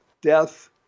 death